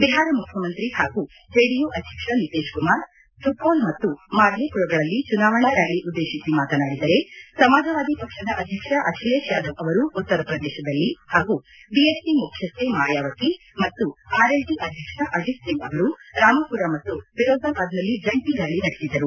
ಬಿಹಾರ ಮುಖ್ಯಮಂತ್ರಿ ಹಾಗೂ ಜೆಡಿಯು ಅಧ್ಯಕ್ಷ ನಿತಿಶ್ ಕುಮಾರ್ ಸುಪೌಲ್ ಮತ್ತು ಮಾಧೇಪುರಗಳಲ್ಲಿ ಚುನಾವಣಾ ರ್ಕಾಲಿ ಉದ್ದೇಶಿಸಿ ಮಾತನಾಡಿದರೆ ಸಮಾಜವಾದಿ ಪಕ್ಷದ ಅಧ್ಯಕ್ಷ ಅಖಿಲೇಶ್ ಯಾದವ್ ಅವರು ಉತ್ತರಪ್ರದೇಶದಲ್ಲಿ ಹಾಗೂ ಬಿಎಸ್ಒ ಮುಖ್ಯಸ್ಥೆ ಮಾಯಾವತಿ ಮತ್ತು ಆರ್ಎಲ್ಡಿ ಅಧ್ಯಕ್ಷ ಅಜಿತ್ ಸಿಂಗ್ ಅವರು ರಾಮಪುರ ಮತ್ತು ಫಿರೋಜಾಬಾದ್ನಲ್ಲಿ ಜಂಟ ರ್ಕಾಲಿ ನಡೆಸಿದರು